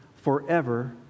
forever